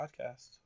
podcast